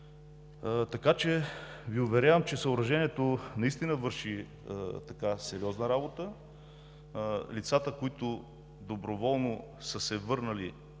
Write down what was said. Уверявам Ви, че съоръжението наистина върши сериозна работа. Лицата, които доброволно са се върнали,